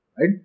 Right